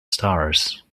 stars